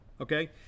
Okay